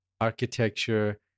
architecture